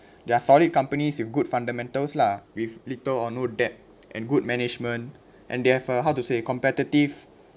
they are solid companies with good fundamentals lah with little or no debt and good management and they have a how to say competitive